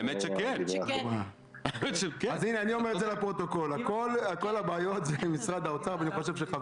לא תישאר מדינה, נראה לי, בקצב כזה.